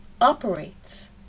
operates